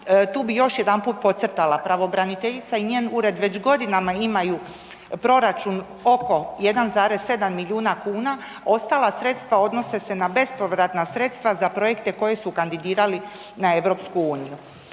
Tu bih još jedanput podcrtala, pravobraniteljica i njen ured već godinama imaju proračun oko 1,7 milijuna kuna, ostala sredstva odnose se na bespovratna sredstva za projekte koji su kandidirali na EU. Jedan je